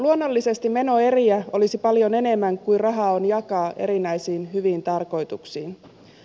luonnollisesti menoeriä olisi paljon enemmän kuin rahaa on jakaa erinäisiin hyviin tarkoituksiin